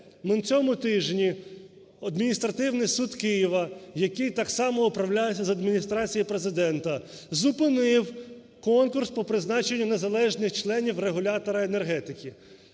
на цьому тижні Адміністративний суд Києва, який так само управляється з Адміністрації Президента, зупинив конкурс по призначенню незалежних членів регулятора енергетики.